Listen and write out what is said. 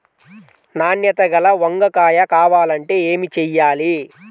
నాణ్యత గల వంగ కాయ కావాలంటే ఏమి చెయ్యాలి?